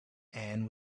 anne